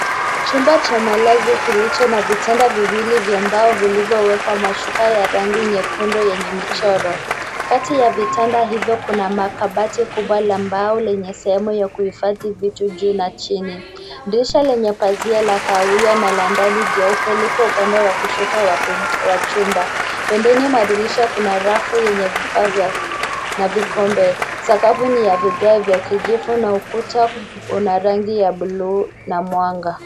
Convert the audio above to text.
Chumba cha malazi kilicho na vitanda viwili vya mbao vilivyo wekwa mashuka ya rangi nyekundu yenye michoro. Kati ya vitanda hivyo kuna makabati kubwa la mbao lenye sehemu ya kuhifadhi vitu juu na chini. Dirisha lenye pazia la kahawia na la ndani jeupe lipo upande wa kushoto wa chumba. Pembeni mwa dirisha kuna rafu yenye vifaa vya na vikombe. Sakabu ni ya vigae vya kijivu na ukuta una rangi ya bluu na mwanga.